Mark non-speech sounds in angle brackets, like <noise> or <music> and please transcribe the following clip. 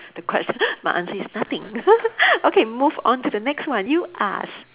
the question my answer is nothing <laughs> okay move on to the next one you ask